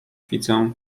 widzę